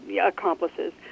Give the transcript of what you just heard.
accomplices